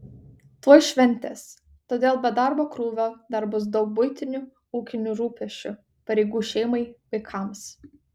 tuoj šventės todėl be darbo krūvio dar bus daug buitinių ūkinių rūpesčių pareigų šeimai vaikams